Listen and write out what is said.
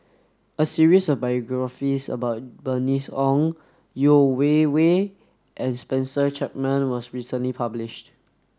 a series of biographies about Bernice Ong Yeo Wei Wei and Spencer Chapman was recently published